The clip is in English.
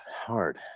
hard